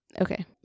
Okay